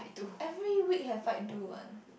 every week have fight do one